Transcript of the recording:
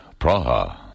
Praha